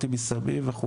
מה אתה רוצה,